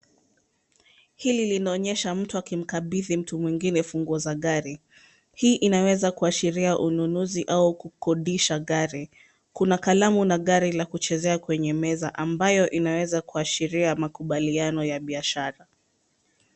Hili linaonyesha mtu akimkabidhi mtu mwingine funguo za gari. Hii inaweza kuashiria ununuzi au kukodisha gari. Kuna kalamu na gari la kuchezea kwenye meza ambayo inaweza kuashiria makubaliano ya biashara.